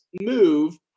move